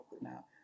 now